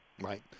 Right